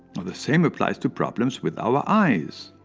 the same applies to problems with our eyes.